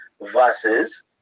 versus